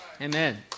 Amen